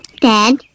Dad